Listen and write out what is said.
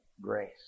grace